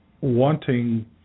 wanting